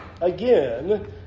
again